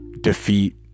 defeat